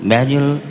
Manual